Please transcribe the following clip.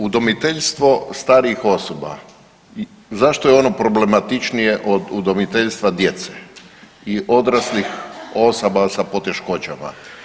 Udomiteljstvo starijih osoba, zašto je ono problematičnije od udomiteljstva djece i odraslih osoba sa poteškoćama?